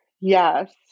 Yes